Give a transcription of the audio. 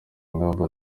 ingamba